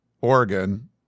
Oregon